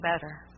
better